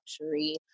luxury